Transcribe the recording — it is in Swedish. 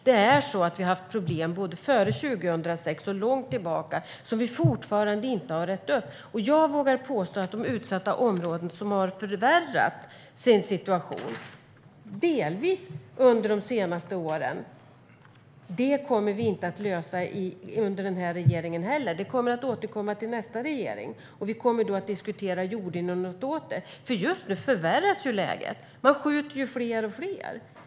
Det är så att vi haft problem både före 2006 och långt tillbaka som vi fortfarande inte har rett ut. Jag vågar påstå att problemet med utsatta områden vars situation har förvärrats, delvis under de senaste åren, kommer vi inte att lösa under den här regeringen heller. Det kommer att återkomma till nästa regering, och vi kommer då att diskutera om ni gjorde något åt det. Just nu förvärras ju läget. Man skjuter fler och fler.